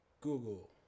Google